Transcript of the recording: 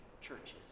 churches